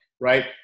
right